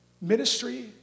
Ministry